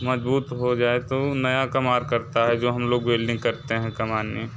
मज़बूत हो जाए तो नया का मार करता है जो हम लोग बेल्डिंग करते हैं कमान में